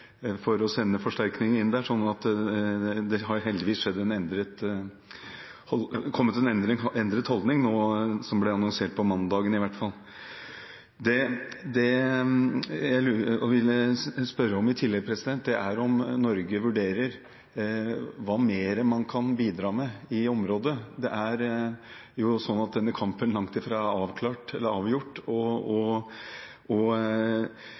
for å sende forsterkninger inn der. Det har heldigvis nå kommet en endret holdning – som i hvert fall ble annonsert på mandag. Det jeg vil spørre om i tillegg, er om Norge vurderer hva mer man kan bidra med i området. Det er jo sånn at denne kampen langt fra er avklart eller avgjort, og